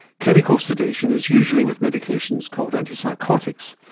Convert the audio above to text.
chemical sedation is usually with medications called antipsychotics,